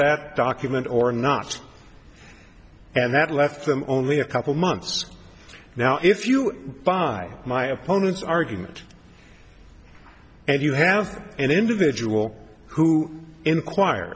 that document or not and that left them only a couple months now if you buy my opponent's argument and you have an individual who inquire